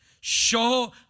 Show